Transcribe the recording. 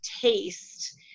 taste